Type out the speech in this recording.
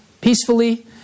peacefully